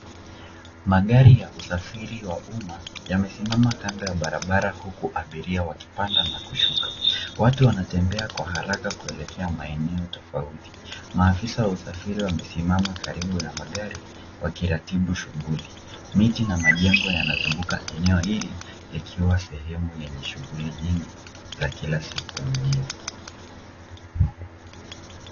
Magari ya usafiri wa umma yamesimama kando ya barabara huku abiria wakipanda na kushuka. Watu wanatembea kwa haraka kuelekea maeneo tofauti. Maafisa wa usafiri wamesimama karibu na magari wakiratibu shughuli. Miti na majengo yanazunguka eneo hili likiwa sehwmu yenye shughuli nyingi za kila siku mjini.